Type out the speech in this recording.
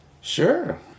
Sure